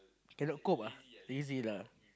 cannot cope ah lazy lah